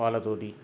పాలతో